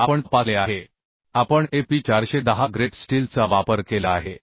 मग आपण तपासले आहे आपण AP 410 ग्रेट स्टीलचा वापर केला आहे